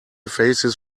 faces